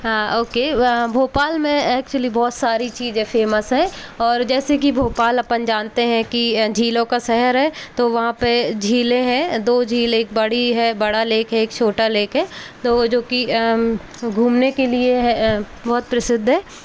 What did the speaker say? हाँ ओके भोपाल में एक्चुअली बहुत सारी चीज़ें फ़ेमस हैं और जैसे कि भोपाल अपन जानते हैं कि झीलों का शहर है तो वहाँ पे झीलें हैं दो झील एक बड़ी है बड़ा लेक है एक छोटा लेक है तो वो जो कि घूमने के लिए बहुत प्रसिद्ध है